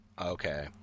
okay